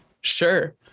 sure